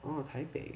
oh taipei